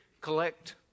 collect